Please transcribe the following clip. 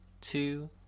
Two